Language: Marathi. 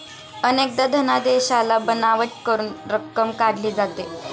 अनेकदा धनादेशाला बनावट करून रक्कम काढली जाते